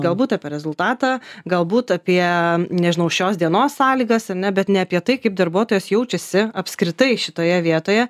galbūt apie rezultatą galbūt apie nežinau šios dienos sąlygas ar ne bet ne apie tai kaip darbuotojas jaučiasi apskritai šitoje vietoje